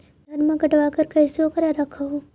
धनमा कटबाकार कैसे उकरा रख हू?